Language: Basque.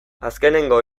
azkenengo